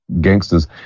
gangsters